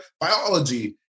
biology